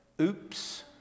Oops